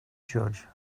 judge